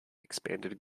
expanded